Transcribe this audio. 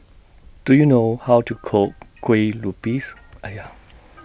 Do YOU know How to Cook Kueh Lupis